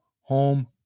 home